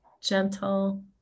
Gentle